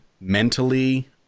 mentally